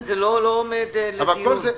זה לא עומד לדיון.